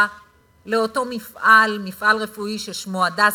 ומהוקרה לאותו מפעל, מפעל רפואי ששמו "הדסה".